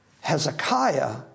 Hezekiah